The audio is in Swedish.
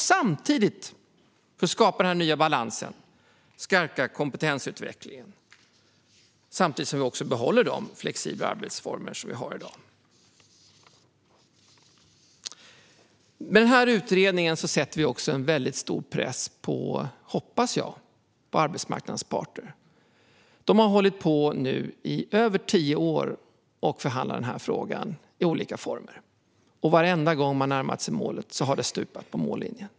Samtidigt ska man skapa denna nya balans, stärka kompetensutvecklingen och behålla de flexibla arbetsformer som vi har i dag. Med denna utredning hoppas jag att vi också sätter en mycket stor press på arbetsmarknadens parter. De har nu hållit på i över tio år och förhandlat denna fråga i olika former. Varenda gång som de har närmat sig målet har det stupat på mållinjen.